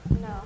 No